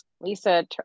Lisa